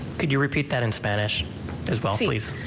could you repeat that in spanish as well,